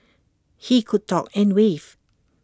he could talk and wave